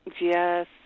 Yes